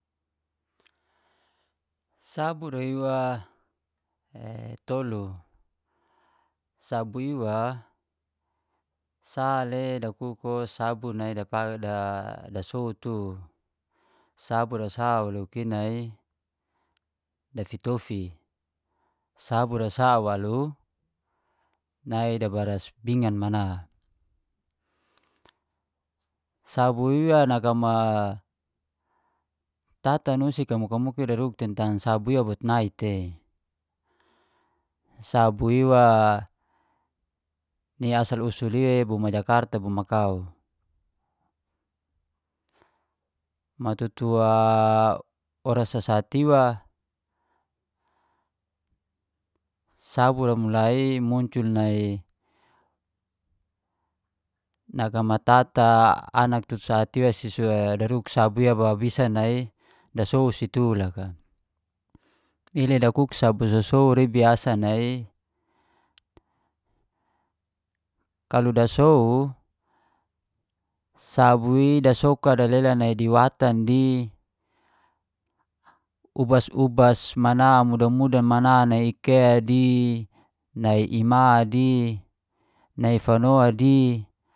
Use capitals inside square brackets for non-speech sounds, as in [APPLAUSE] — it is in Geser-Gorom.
Sabur ra iwa e tolu, sabur iwa sa le sabur dapa [HESITATION] dasow tu, sabur ra sa waluk i nai dafitofi, sabur ra sa waluk nai dabaras bingan mana. Sabur iwa nagama tata nusi kamuka-muka daruk tei tentang sabur ira bot naik tei sabur iwa ni asal usul ia bo mai jakarta bo ma kau. Matutu ora sasa iwa, sabura ra mulai muncul nai nagamata, anak tu sa tiwa su si daruk sabur ia bisa nai dasow si tu loka. I re dakuk sabur sosow i biasa nai kalau dasow sabur dasow dalela nai di watan di ubas-ubas mudan mana mudan-mudan mana ni ke di, nai ima di, nai fano di.